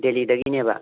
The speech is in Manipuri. ꯗꯦꯜꯂꯤꯗꯒꯤꯅꯦꯕ